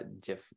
jeff